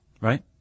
Right